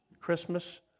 Christmas